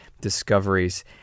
discoveries